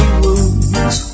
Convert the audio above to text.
wounds